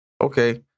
Okay